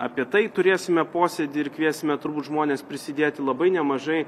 apie tai turėsime posėdį ir kviesime turbūt žmones prisidėti labai nemažai